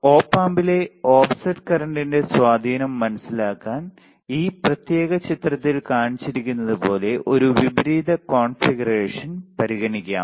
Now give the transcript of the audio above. op ആമ്പിലെ offset കറന്റിന്റെ സ്വാധീനം മനസിലാക്കാൻ ഈ പ്രത്യേക ചിത്രത്തിൽ കാണിച്ചിരിക്കുന്നതുപോലെ ഒരു വിപരീത കോൺഫിഗറേഷൻ പരിഗണിക്കാം